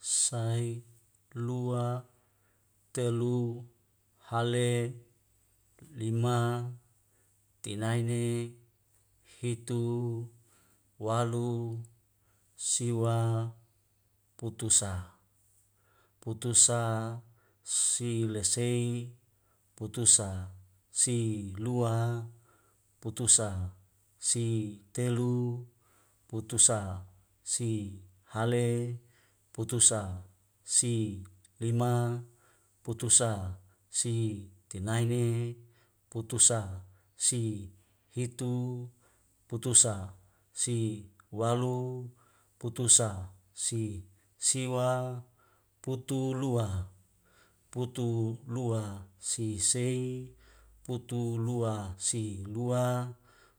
Sai, lua, telu, hale, lima, tinaene, hitu, walu, siwa, putusa, putusa si lesei, putusa si lua, putusa si telu, putusa si hale, putusa si lima, putusa si tinaene, putusa si hitu, putusa si walu, putusa si siwa, putu lua, putu lua si sei, putu lua si lua,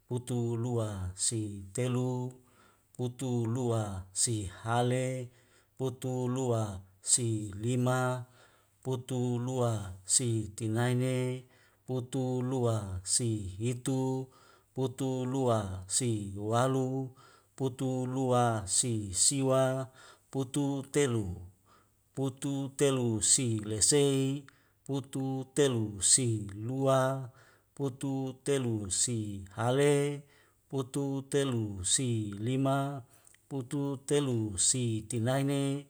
putu lua si telu, putu lua si hale, putu lua si lima, putu lua si tinaene, putu lua si hitu, putu lua si walu, putu lua si siwa, putu telu, putu telu si lesei, putu telu si lua, putu telu si hale, putu telu si lima, putu telu si tinaene